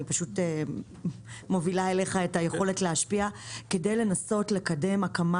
אני מובילה אליך את היכולת להשפיע כדי לנסות לקדם הקמה